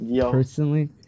personally